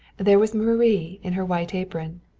there was marie in her white apron.